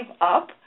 up